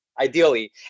ideally